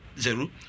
Zero